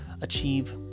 achieve